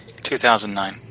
2009